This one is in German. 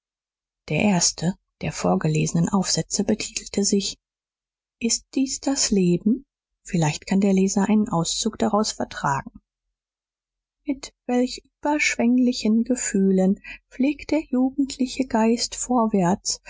der erste der vorgelesenen aufsätze betitelte sich ist dies das leben vielleicht kann der leser einen auszug daraus vertragen mit welch überschwenglichen gefühlen pflegt der jugendliche geist vorwärts